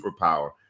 superpower